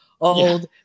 old